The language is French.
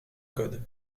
code